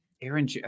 Aaron